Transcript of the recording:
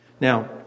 Now